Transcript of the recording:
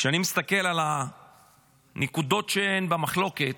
כשאני מסתכל על הנקודות שהן במחלוקת,